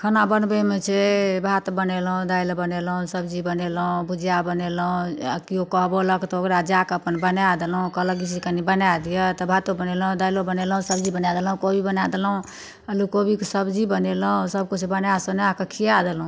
खाना बनबैमे छै भात बनेलहुँ दालि बनेलहुँ सब्जी बनेलहुँ भुजिआ बनेलहुँ आओर केओ कहबौलक तऽ ओकरा जाकऽ अपन बनाय देलहुँ कहलक जे कनि बनाय दिऽ तऽ भातो बनेलहुँ दालियो बनेलहुँ सब्जी बनाय देलहुँ बड़ी बनाय देलहुँ अल्लू कोबीके सब्जी बनेलहुँ सभ किछु बनाय सुनायके खिया देलहुँ